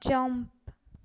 jump